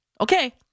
Okay